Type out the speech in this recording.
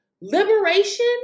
liberation